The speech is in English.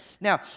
Now